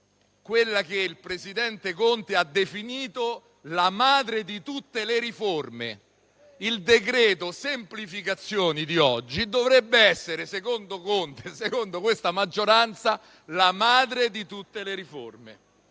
quella che il presidente Conte ha definito la madre di tutte le riforme: il decreto semplificazioni di oggi dovrebbe essere, secondo Conte e secondo questa maggioranza, la madre di tutte le riforme.